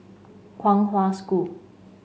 Kong Hwa School